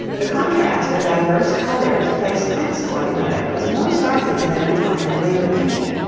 the contrast of divers colours placed next one another was more startling than we find in later painting,